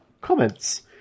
comments